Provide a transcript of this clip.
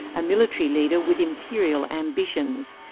a military leader with imperial ambitions.